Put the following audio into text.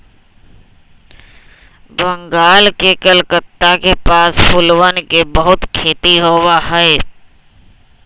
बंगाल के कलकत्ता के पास फूलवन के बहुत खेती होबा हई